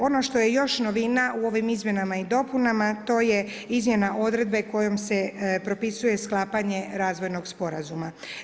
Ono što je još novina u ovim izmjenama i dopunama to je izmjena odredbe kojom se propisuje sklapanje razvojnog sporazuma.